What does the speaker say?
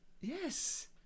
Yes